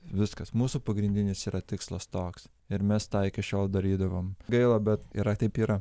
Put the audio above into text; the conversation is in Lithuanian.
viskas mūsų pagrindinis yra tikslas toks ir mes tą iki šiol darydavom gaila bet yra taip yra